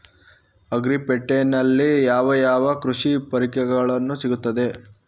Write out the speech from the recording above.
Agri ಪೇಟೆನಲ್ಲಿ ಯಾವ ಯಾವ ಕೃಷಿ ಪರಿಕರಗಳು ಸಿಗುತ್ತವೆ?